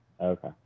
Okay